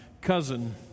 cousin